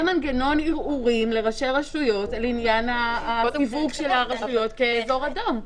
מנגנון ערעורים לראשי רשויות על סיווג הרשויות כאזור אדום.